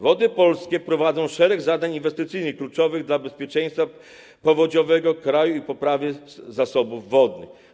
Wody Polskie wykonują szereg zadań inwestycyjnych kluczowych dla bezpieczeństwa powodziowego kraju i poprawy zasobów wodnych.